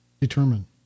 determine